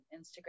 Instagram